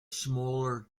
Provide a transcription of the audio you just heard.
smaller